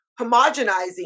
homogenizing